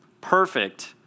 perfect